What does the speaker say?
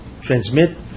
transmit